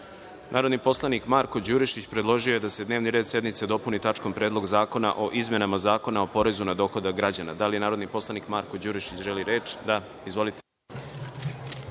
predlog. Narodni poslanik Marko Đurišić predložio je da se dnevni red sednice dopuni tačkom – Predlog zakona o izmenama Zakona o porezu na dohodak građana. Da li narodni poslanik Marko Đurišić želi reč? (Da)Izvolite.